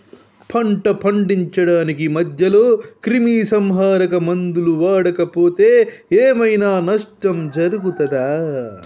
పంట పండించడానికి మధ్యలో క్రిమిసంహరక మందులు వాడకపోతే ఏం ఐనా నష్టం జరుగుతదా?